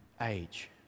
age